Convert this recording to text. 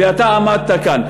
ואתה עמדת כאן.